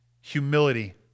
humility